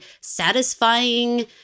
satisfying